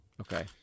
Okay